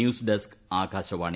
news desk Akashvani